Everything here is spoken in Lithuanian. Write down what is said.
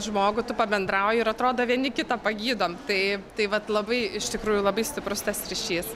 žmogų tu pabendrauji ir atrodo vieni kitą pagydom tai tai vat labai iš tikrųjų labai stiprus tas ryšys